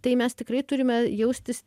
tai mes tikrai turime jaustis